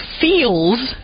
feels